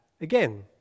again